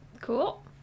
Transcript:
cool